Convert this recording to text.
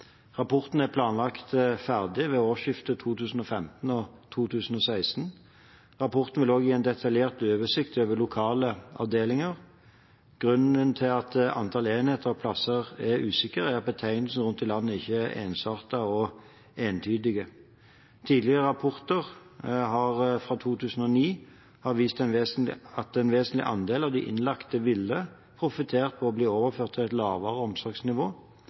Rapporten er planlagt ferdig ved årsskiftet 2015/2016. Rapporten vil også gi en detaljert oversikt over lokale avdelinger. Grunnen til at antall enheter og plasser er usikre, er at betegnelsene rundt i landet ikke er ensartede og entydige. Tidligere rapporter, fra 2009, har vist at en vesentlig andel av de innlagte ville profitert på å bli overført til et lavere omsorgsnivå,